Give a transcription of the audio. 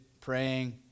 praying